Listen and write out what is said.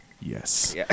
yes